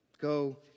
Go